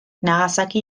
nagasaki